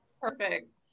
Perfect